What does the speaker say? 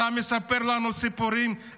אתה מספר לנו סיפורים.